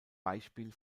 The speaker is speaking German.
beispiel